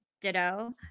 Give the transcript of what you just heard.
Ditto